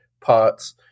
parts